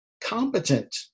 competent